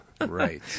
Right